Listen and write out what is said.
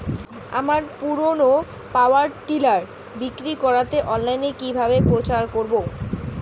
আমার পুরনো power tiller বিক্রি করাতে অনলাইনে কিভাবে প্রচার করব?